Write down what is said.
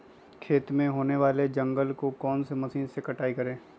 खेत में होने वाले जंगल को कौन से मशीन से कटाई करें?